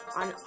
on